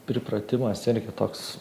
pripratimas irgi toks